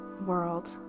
world